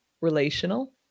relational